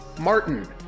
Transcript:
Martin